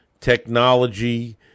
technology